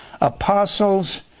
apostles